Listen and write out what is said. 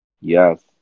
Yes